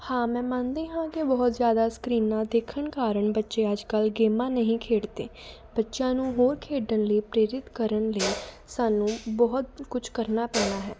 ਹਾਂ ਮੈਂ ਮੰਨਦੀ ਹਾਂ ਕਿ ਬਹੁਤ ਜ਼ਿਆਦਾ ਸਕਰੀਨਾਂ ਦੇਖਣ ਕਾਰਨ ਬੱਚੇ ਅੱਜ ਕੱਲ੍ਹ ਗੇਮਾਂ ਨਹੀਂ ਖੇਡਦੇ ਬੱਚਿਆਂ ਨੂੰ ਹੋਰ ਖੇਡਣ ਲਈ ਪ੍ਰੇਰਿਤ ਕਰਨ ਲਈ ਸਾਨੂੰ ਬਹੁਤ ਕੁਛ ਕਰਨਾ ਪੈਣਾ ਹੈ